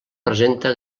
presenta